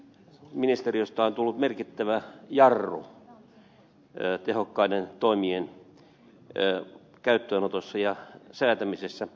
ministeriöstä on tullut merkittävä jarru tehokkaiden toimien käyttöönotossa ja säätämisessä